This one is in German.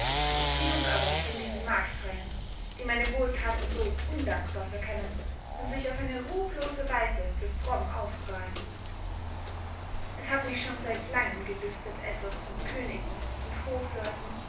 genug aber von diesen marktschreyern die meine wohlthaten so undankbar verkennen und sich auf eine ruchlose weise für fromm ausprahlen es hat mich schon seit langem gelüstet etwas von königen und hofleuten